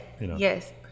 Yes